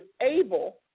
able